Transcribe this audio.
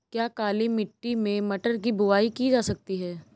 क्या काली मिट्टी में मटर की बुआई की जा सकती है?